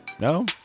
No